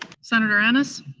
senator ennis?